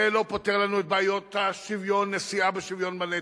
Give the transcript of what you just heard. זה לא פותר לנו את בעיות הנשיאה בשוויון בנטל.